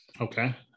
okay